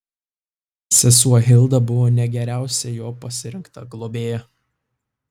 sesuo hilda buvo ne geriausia jo pasirinkta globėja